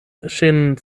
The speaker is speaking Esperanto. ŝin